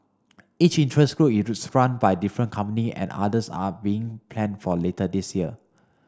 each interest group is run by different company and others are being planned for later this year